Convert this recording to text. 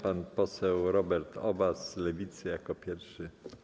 Pan poseł Robert Obaz z Lewicy jako pierwszy.